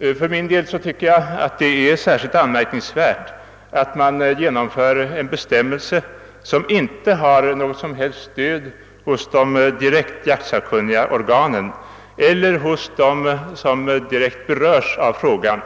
För min del tycker jag att det är särskilt anmärkningsvärt att man inför en bestämmelse som inte har något som helst stöd hos de direkt jaktsakkunniga organen eller hos dem som direkt berörs av frågan,